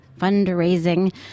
fundraising